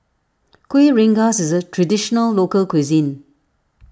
Kueh Rengas is a Traditional Local Cuisine